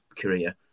career